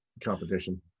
competition